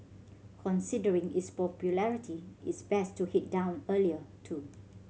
considering its popularity it's best to head down earlier too